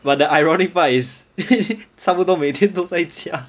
but the ironic part is 差不多每天都在家